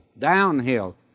downhill